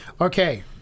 Okay